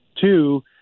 Two